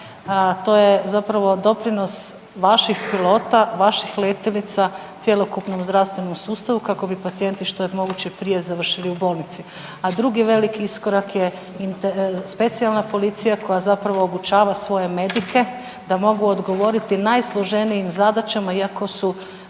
to je zapravo doprinos vaših pilota, vaših letjelica, cjelokupnu u zdravstvenom sustavu kako bi pacijenti što je moguće prije završili u bolnici. A drugi veliki iskorak je specijalna policija koja zapravo obučava svoje …/Govornik se ne razumije./… da mogu odgovoriti najsloženijim zadaćama iako nisu